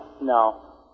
no